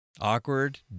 Awkward